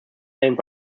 named